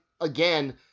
again